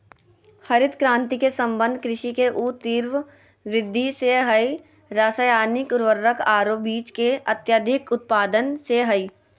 हरित क्रांति के संबंध कृषि के ऊ तिब्र वृद्धि से हई रासायनिक उर्वरक आरो बीज के अत्यधिक उत्पादन से हई